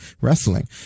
wrestling